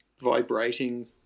vibrating